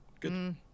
good